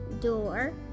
door